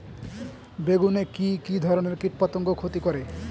বেগুনে কি কী ধরনের কীটপতঙ্গ ক্ষতি করে?